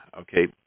Okay